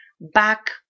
back